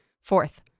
Fourth